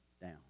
down